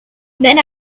then